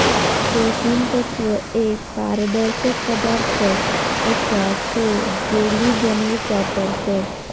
पोषण तत्व एक पारदर्शक पदार्थ असा तो जेली बनवूक वापरतत